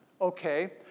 okay